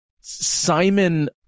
Simon